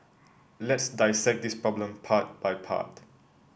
let's dissect this problem part by part